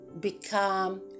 become